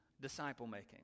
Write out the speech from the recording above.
disciple-making